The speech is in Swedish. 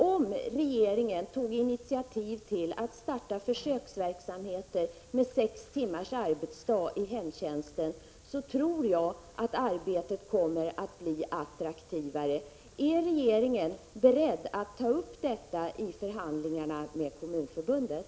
Om regeringen tog initiativ till att starta en försöksverksamhet med sex timmars arbetsdag inom hemtjänsten tror jag att arbetet skulle bli attraktivare. Är regeringen beredd att ta upp detta vid förhandlingarna med Kommunförbundet?